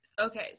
Okay